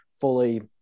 fully